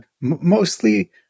Mostly